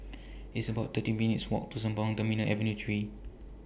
It's about thirty minutes' Walk to Sembawang Terminal Avenue three